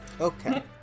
Okay